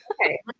Okay